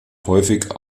häufig